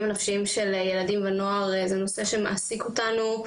הנפשיים של ילדים ונוער זה נושא שמעסיק אותנו,